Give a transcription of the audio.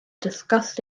discussed